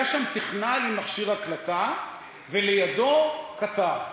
היה שם טכנאי עם מכשיר הקלטה ולידו כתב.